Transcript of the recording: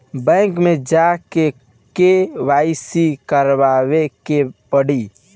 Bank मे जा के के.वाइ.सी करबाबे के पड़ी?